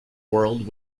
world